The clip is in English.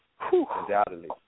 Undoubtedly